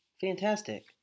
Fantastic